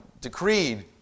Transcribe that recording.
decreed